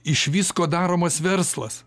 iš visko daromas verslas